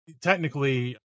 technically